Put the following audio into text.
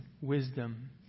wisdom